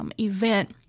event